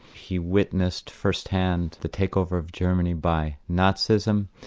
he witnessed first-hand, the takeover of germany by nazism,